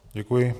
Děkuji.